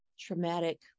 traumatic